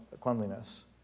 cleanliness